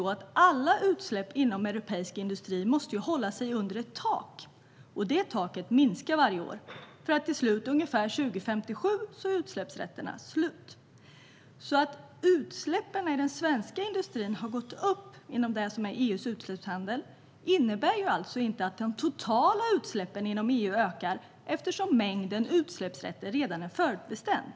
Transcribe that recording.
Alla utsläpp inom europeisk industri måste hålla sig under ett tak. Detta tak minskar varje år, och till slut, ungefär år 2057, har utsläppsrätterna tagit slut. Att utsläppen i den svenska industrin har gått upp inom det som finns inom EU:s utsläppshandel innebär alltså inte att de totala utsläppen inom EU ökar, eftersom mängden utsläppsrätter redan är förutbestämt.